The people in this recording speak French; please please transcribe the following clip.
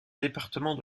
département